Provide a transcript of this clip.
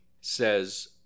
says